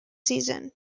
season